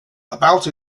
about